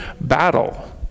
battle